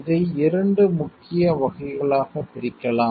இதை 2 முக்கிய வகைகளாகப் பிரிக்கலாம்